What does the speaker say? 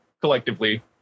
collectively